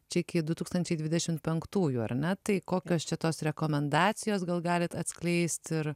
čia iki du tūkstančiai dvidešim penktųjų ar ne tai kokios čia tos rekomendacijos gal galit atskleist ir